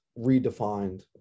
redefined